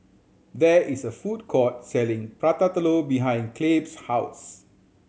there is a food court selling Prata Telur behind Clabe's house